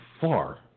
far